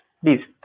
please